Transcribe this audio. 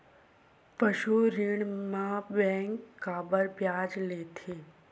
पशु ऋण म बैंक काबर ब्याज लेथे?